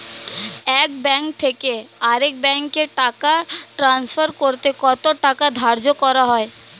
এক ব্যাংক থেকে আরেক ব্যাংকে টাকা টান্সফার করতে কত টাকা ধার্য করা হয়?